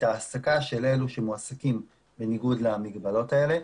ההעסקה של אלו שמועסקים בניגוד למגבלות האלה.